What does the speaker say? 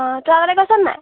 অঁ তই আগতে গৈছা নে নাই